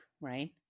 right